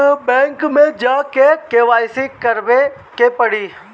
Bank मे जा के के.वाइ.सी करबाबे के पड़ी?